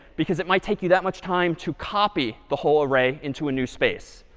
because it might take you that much time to copy the whole array into a new space.